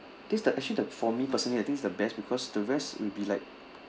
this the actually the for me personally I think this is the best because the rest will be like